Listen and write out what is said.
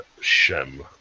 Shem